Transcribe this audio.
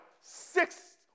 six